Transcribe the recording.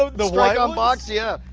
so the strike-on-box, yeah.